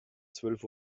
zwölf